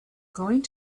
going